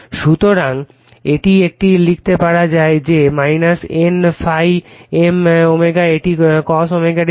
সুতরাং এটি একটি লিখতে পারে যে N1 ∅ m ω এটি cos ω t